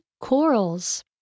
corals